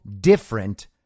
different